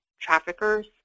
traffickers